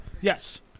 Yes